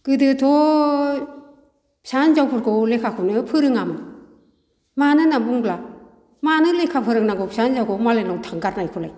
गोदोथ' फिसा हिनजावफोरखौ लेखाखौनो फोरोङामोन मानो होन्नानै बुङोब्ला मानो लेखा फोरोंनांगौ फिसा हिनजावखौ मालायनाव थांगारनायखौलाय